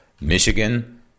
Michigan